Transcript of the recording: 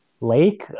lake